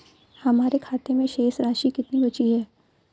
हमारे खाते में शेष राशि कितनी बची है?